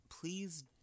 please